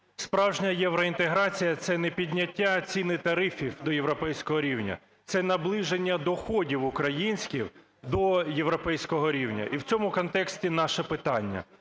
Справжня євроінтеграція – це не підняття цін і тарифів до європейського рівня. Це наближення доходів українців до європейського рівня. І в цьому контексті наше питання.